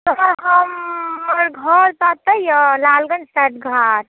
तऽ हमर घर तऽ एतै अय लालगंज पैठघाट